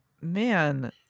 man